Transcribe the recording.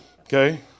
Okay